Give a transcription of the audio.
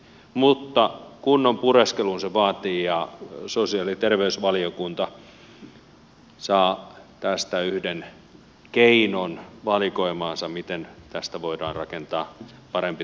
mutta kunnon pureskelun se vaatii ja sosiaali ja terveysvaliokunta saa tästä valikoimaansa yhden keinon miten tästä voidaan rakentaa parempi tulevaisuus